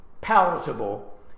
palatable